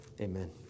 Amen